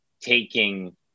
taking